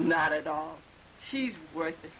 not at all he's worth